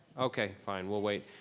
okay, fine, we'll wait.